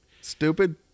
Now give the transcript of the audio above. Stupid